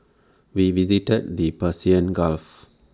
we visited the Persian gulf